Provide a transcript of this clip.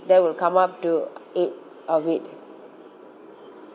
that will come up to eight of it